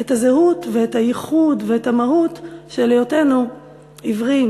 את הזהות ואת הייחוד ואת המהות של היותנו עברים,